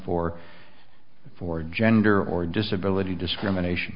for for gender or disability discrimination